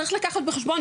צריך לקחת בחשבון,